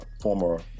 former